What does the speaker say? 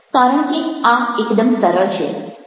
કારણ કે આ એકદમ સરળ છે